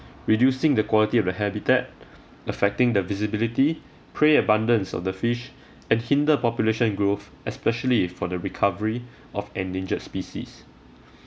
reducing the quality of the habitat affecting the visibility prey abundance of the fish and hinder population growth especially for the recovery of endangered species